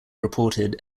reported